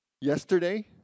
yesterday